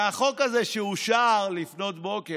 והחוק הזה שאושר לפנות בוקר,